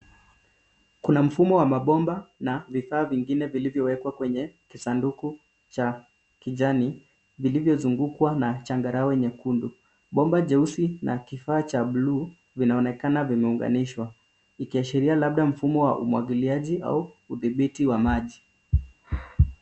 Kuna mfumo wa mabomba na vifaa vingine villivyowekwa kwenye kisanduku cha kijani vilivyozungukwa na changarawe nyekundu. Bomba jeusi na kifaa cha bluu cinaonekana vimeunganishwa.